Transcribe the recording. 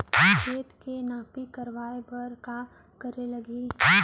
खेत के नापी करवाये बर का करे लागही?